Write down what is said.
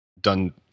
done